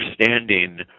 understanding